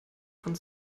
von